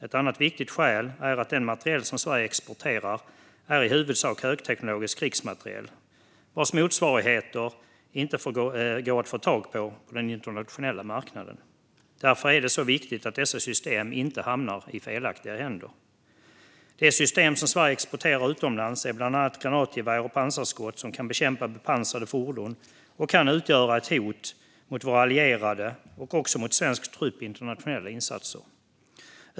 Ett annat viktigt skäl är att den materiel som Sverige exporterar i huvudsak är högteknologisk krigsmateriel, vars motsvarigheter inte går att få tag i på den internationella marknaden. Därför är det så viktigt att dessa system inte hamnar i fel händer. De system som Sverige exporterar utomlands är bland annat granatgevär och pansarskott som kan bekämpa bepansrade fordon och utgöra ett hot mot våra allierade och också mot svensk trupp i internationella insatser.